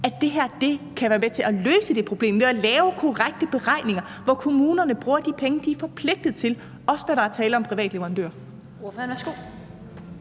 at det her kan være med til at løse det problem – ved at lave korrekte beregninger, hvor kommunerne bruger de penge, de er forpligtet til, også når der er tale om privatleverandører?